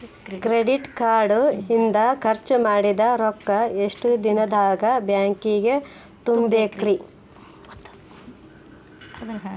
Credit card ಇಂದ್ ಖರ್ಚ್ ಮಾಡಿದ್ ರೊಕ್ಕಾ ಎಷ್ಟ ದಿನದಾಗ್ ಬ್ಯಾಂಕಿಗೆ ತುಂಬೇಕ್ರಿ?